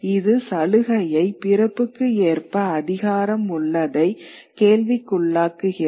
இது சலுகையை பிறப்புக்கு ஏற்ப அதிகாரம் உள்ளதை கேள்விக்குள்ளாக்குகிறது